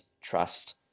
trust